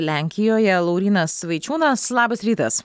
lenkijoje laurynas vaičiūnas labas rytas